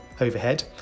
overhead